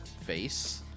face